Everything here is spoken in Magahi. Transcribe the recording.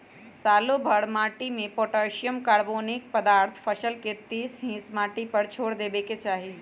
सालोभर माटिमें पोटासियम, कार्बोनिक पदार्थ फसल के तीस हिस माटिए पर छोर देबेके चाही